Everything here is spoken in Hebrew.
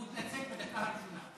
והוא התנצל בדקה האחרונה.